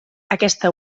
aquesta